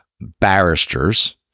barristers